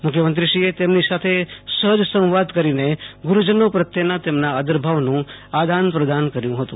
મુખ્યમંત્રીશ્રીએ તેમની સાથે સહજ સંવાદ કરીને ગુરૂજનો પ્રત્યેના તેમના આદરભાવનું આદાન પ્રદાન કર્યુ હતું